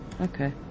Okay